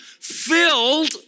filled